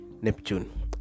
Neptune